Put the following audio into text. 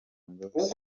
imbabazi